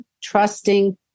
trusting